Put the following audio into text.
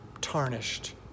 tarnished